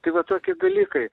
tai va tokie dalykai